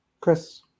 Chris